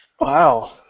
Wow